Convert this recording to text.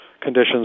conditions